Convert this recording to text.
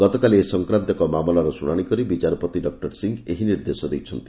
ଗତକାଲି ଏ ସଂକ୍ରାନ୍ତ ଏକ ମାମଲାର ଶୁଣାଣି କରି ବିଚାରପତି ଡକୁର ସିଂହ ଏହି ନିର୍ଦ୍ଦେଶ ଦେଇଛନ୍ତି